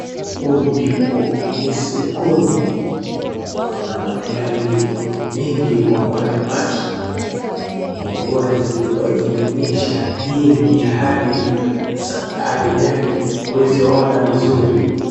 Huku ndipo ni sokoni, naona magari mingi wameweka paki, mvua zimekuwa zimenyesha nyingi hadi gari huwezi ona vizuri.